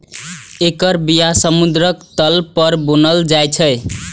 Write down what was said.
एकर बिया समुद्रक तल पर बुनल जाइ छै